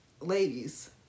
ladies